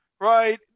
Right